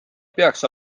peaks